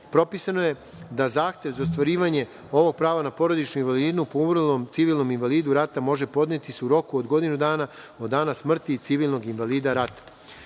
Srbije. Propisano je da se zahtev za ostvarivanje ovog prava na porodičnu invalidninu po umrlom civilnom invalidu rata može podneti u roku od godinu dana od dana smrti civilnog invalida